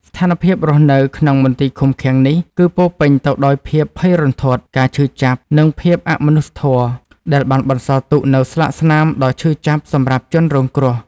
ស្ថានភាពរស់នៅក្នុងមន្ទីរឃុំឃាំងនេះគឺពោរពេញទៅដោយភាពភ័យរន្ធត់ ការឈឺចាប់ និងភាពអមនុស្សធម៌ ដែលបានបន្សល់ទុកនូវស្លាកស្នាមដ៏ឈឺចាប់សម្រាប់ជនរងគ្រោះ។